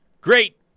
Great